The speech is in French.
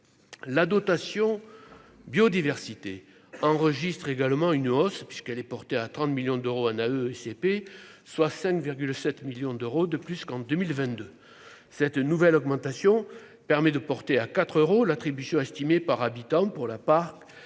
la dotation biodiversité enregistre également une hausse puisqu'elle est portée à 30 millions d'euros, un AE et CP, soit 5,7 millions d'euros de plus qu'en 2022, cette nouvelle augmentation permet de porter à 4 euros l'attribution par habitant pour la appart